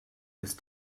ist